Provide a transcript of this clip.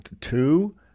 two